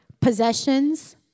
possessions